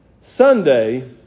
Sunday